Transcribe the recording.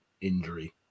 injury